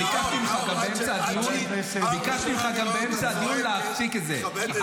וביקשתי ממך גם באמצע הדיון להפסיק את זה,